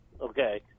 Okay